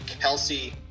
Kelsey